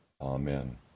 amen